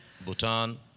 Bhutan